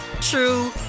true